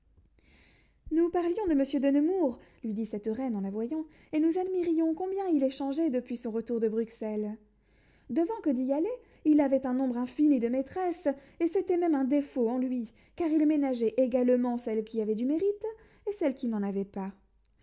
nous parlions de monsieur de nemours lui dit cette reine en la voyant et nous admirions combien il est changé depuis son retour de bruxelles devant que d'y aller il avait un nombre infini de maîtresses et c'était même un défaut en lui car il ménageait également celles qui avaient du mérite et celles qui n'en avaient pas